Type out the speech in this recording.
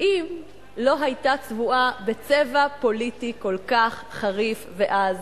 אם היא לא היתה צבועה בצבע פוליטי כל כך חריף ועז,